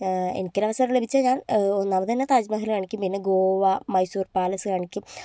എനിക്കൊരവസരം ലഭിച്ചാൽ ഞാൻ ഒന്നാമത് തന്നെ താജ്മഹൽ കാണിക്കും പിന്നെ ഗോവ മൈസൂർ പാലസ്സ് കാണിക്കും